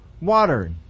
water